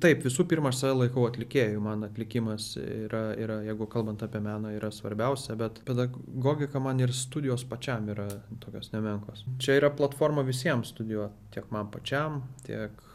taip visų pirma aš save laikau atlikėju man atlikimas yra yra jeigu kalbant apie meną yra svarbiausia bet pedagogika man ir studijos pačiam yra tokios nemenkos čia yra platforma visiems studijuot tiek man pačiam tiek